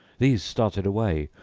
these started away,